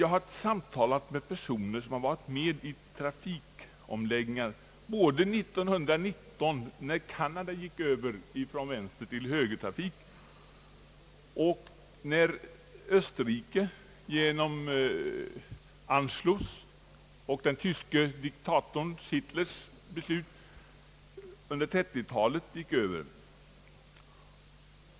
Jag har samtalat med personer som varit med om trafikomläggningar både 1919, när Kanada gick över till högertrafik, och när Österrike genom Anschluss och den tyske diktatorn Hitlers beslut gick över till högertrafik.